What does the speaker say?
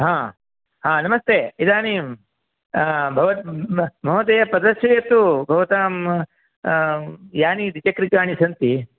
हा हा नमस्ते इदानीं भवत् महोदय प्रदर्शयतु भवतां यानि द्विचक्रिकानि सन्ति